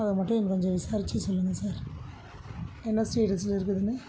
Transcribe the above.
அதை மட்டும் நீங்கள் கொஞ்சம் விசாரிச்சு சொல்லுங்கள் சார் என்ன ஸ்டேடஸில் இருக்குதுன்னு